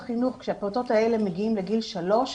כשהפעוטות האלה מגיעים לגיל שלוש,